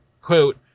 quote